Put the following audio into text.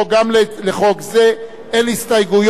גם לחוק זה אין הסתייגויות,